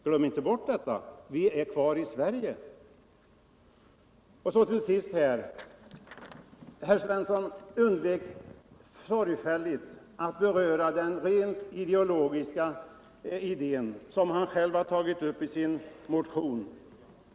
Glöm inte bort detta — vi är kvar i Sverige! Och så till sist: Jörn Svensson undvek sorgfälligt att beröra den rent ideologiska tankegång som han själv har tagit upp i sin motion.